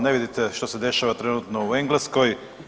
Ne vidite što se dešava trenutno u Engleskoj.